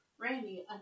Randy